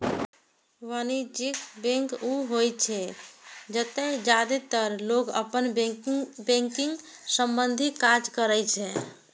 वाणिज्यिक बैंक ऊ होइ छै, जतय जादेतर लोग अपन बैंकिंग संबंधी काज करै छै